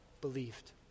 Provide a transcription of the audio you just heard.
believed